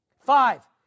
Five